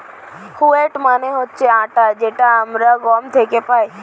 wheat মানে হচ্ছে আটা যেটা আমরা গম থেকে পাই